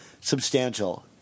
substantial